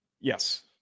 Yes